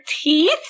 teeth